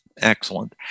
Excellent